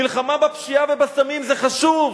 מלחמה בפשיעה ובסמים זה חשוב,